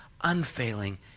unfailing